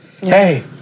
Hey